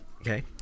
Okay